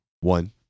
one